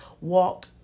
walk